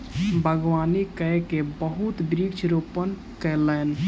बागवानी कय के बहुत वृक्ष रोपण कयलैन